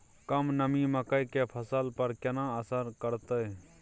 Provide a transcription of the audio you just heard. कम नमी मकई के फसल पर केना असर करतय?